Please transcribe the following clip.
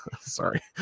Sorry